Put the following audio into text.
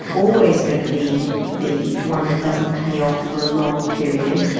always going to be the one that doesn't pay off for a long period.